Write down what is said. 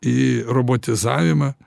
į robotizavimą